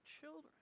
children